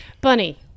Bunny